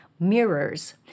mirrors